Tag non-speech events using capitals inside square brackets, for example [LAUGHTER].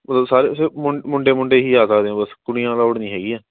[UNINTELLIGIBLE] ਮੁੰਡੇ ਮੁੰਡੇ ਹੀ ਆ ਸਕਦੇ ਹੋ ਬਸ ਕੁੜੀਆਂ ਅਲਾਊਡ ਨਹੀਂ ਹੈਗੀਆਂ